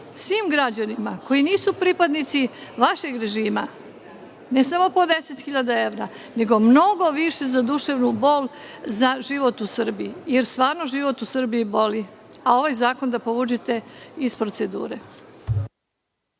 svim građanima koji nisu pripadnici vašeg režima ne samo po 10.000 evra nego mnogo više za duševnu bol za život u Srbiji, jer stvarno život u Srbiji boli, a ovaj zakon da povučete iz procedure.